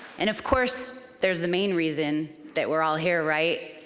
and of course, there's the main reason that we're all here, right?